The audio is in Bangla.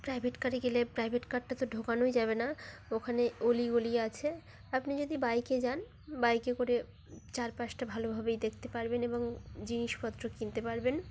প্রাইভেট কারে গেলে প্রাইভেট কারটা তো ঢোকানোই যাবে না ওখানে অলিগলি আছে আপনি যদি বাইকে যান বাইকে করে চারপাশটা ভালোভাবেই দেখতে পারবেন এবং জিনিসপত্র কিনতে পারবেন